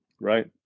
Right